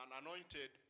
anointed